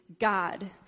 God